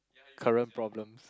current problems